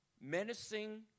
Menacing